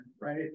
right